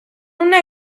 una